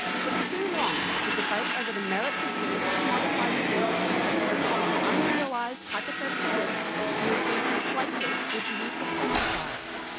for too long the debate over the merits of genetically modified food has focused on unrealized hypothetical risks and has been conflated with the use of pesticides.